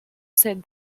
said